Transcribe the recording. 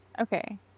Okay